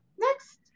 next